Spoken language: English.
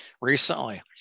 recently